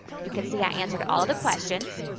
you can see i answered all the questions.